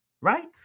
right